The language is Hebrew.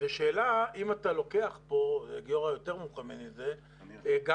זו שאלה אם אתה לוקח פה גיורא יותר מומחה ממני בזה גם